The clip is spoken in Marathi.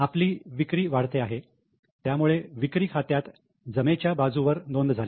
आपले विक्री वाढते आहे त्यामुळे विक्री खात्यात जमेच्या बाजूवर नोंद झाली